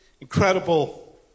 incredible